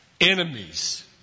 Enemies